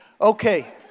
Okay